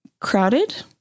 crowded